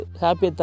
happy